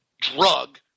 drug